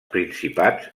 principats